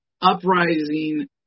uprising